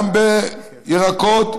גם בירקות,